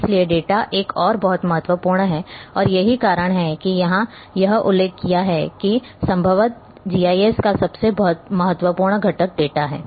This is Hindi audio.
इसलिए डेटा एक और बहुत बहुत महत्वपूर्ण है और यही कारण है कि यहां यह उल्लेख किया गया है कि संभवतः जीआईएस का सबसे महत्वपूर्ण घटक डेटा है